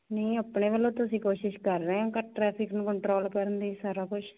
ਨਹੀਂ ਆਪਣੇ ਵੱਲੋਂ ਤਾਂ ਅਸੀਂ ਕੋਸ਼ਿਸ਼ ਕਰ ਰਹੇ ਹਾਂ ਟਰੈਫਿਕ ਨੂੰ ਕੰਟਰੋਲ ਕਰਨ ਲਈ ਸਾਰਾ ਕੁਛ